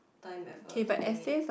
time ever doing it